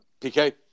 PK